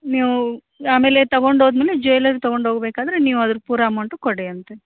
ನೀವೂ ಆಮೇಲೆ ತಗೊಂಡು ಹೋದ್ಮೇಲೆ ಜುವೆಲರಿ ತೊಗೊಂಡು ಹೋಗ್ಬೇಕಾದರೆ ನೀವು ಅದ್ರ ಪೂರ ಅಮೌಂಟು ಕೊಡಿ ಅಂತೆ